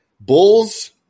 Bulls